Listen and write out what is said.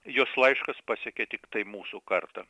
jos laiškas pasiekė tiktai mūsų kartą